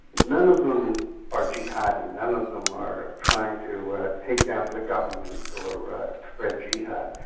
none of them are jihadi, none of them are trying to take down the government or spread jihad.